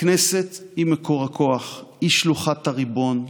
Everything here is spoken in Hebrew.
הכנסת היא מקור הכוח, היא שלוחת הריבון,